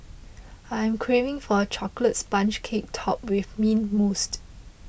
I am craving for a Chocolate Sponge Cake Topped with Mint Mousse